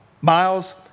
Miles